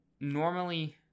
normally